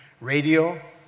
radio